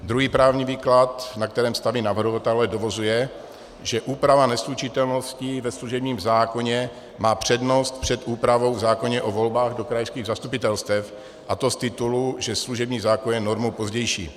Druhý právní výklad, na kterém staví navrhovatelé, dovozuje, že úprava neslučitelnosti ve služebním zákoně má přednost před úpravou v zákoně o volbách do krajských zastupitelstev, a to z titulu, že služební zákon je normou pozdější.